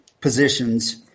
positions